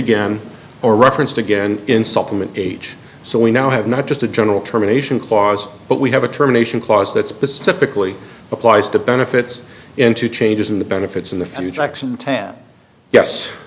again or referenced again in supplement age so we now have not just a general term a nation clause but we have a termination clause that specifically applies to benefits into changes in the benefits in the